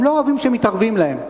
הם לא אוהבים שמתערבים להם.